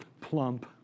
plump